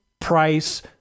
price